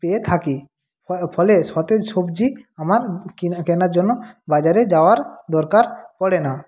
পেয়ে থাকি ফলে সতেজ সবজি আমার কিনা কেনার জন্য বাজারে যাওয়ার দরকার পড়ে না